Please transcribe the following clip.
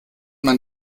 man